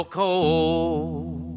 cold